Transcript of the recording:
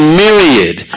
myriad